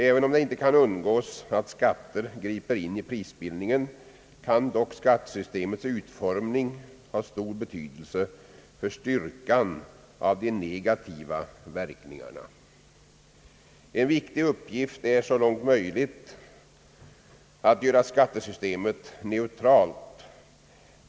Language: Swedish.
Även om det inte kan undgås att skatter ingriper i prisbildningen kan dock skattesystemets utformning ha stor betydelse för styrkan av de negativa verkningarna. En viktig uppgift är att så långt som möjligt göra skattesystemet neutralt.